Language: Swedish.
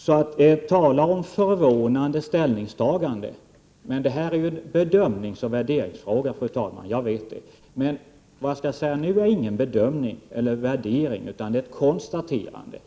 Så tala om förvånande ställningstagande! Jag vet, fru talman, att det är en bedömningsoch värderingsfråga. Men vad jag skall säga nu är ingen bedömning eller värdering, utan det gäller ett konstaterande.